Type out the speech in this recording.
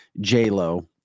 J-Lo